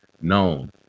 known